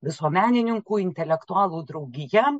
visuomenininkų intelektualų draugija